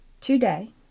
today